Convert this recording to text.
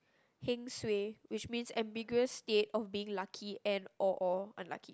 heng suay which means ambiguous state of being lucky and or or unlucky